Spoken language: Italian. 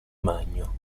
magno